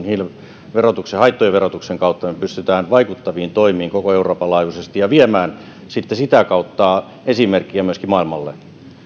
hiilen haittojen verotuksen kautta me pystymme vaikuttaviin toimiin koko euroopan laajuisesti ja viemään sitten sitä kautta esimerkkiä myöskin maailmalle